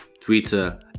twitter